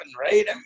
right